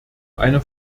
eine